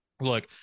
Look